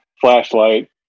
flashlight